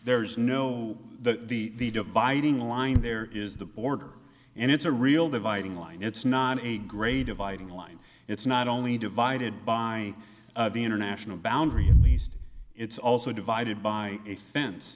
there's no that the dividing line there is the border and it's a real dividing line it's not a great dividing line it's not only divided by the international boundary and least it's also divided by a fence